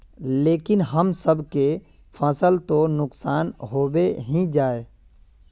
लेकिन हम सब के फ़सल तो नुकसान होबे ही जाय?